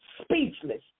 speechless